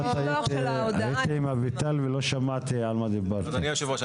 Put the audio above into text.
אדוני היושב ראש,